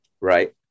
Right